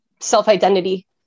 self-identity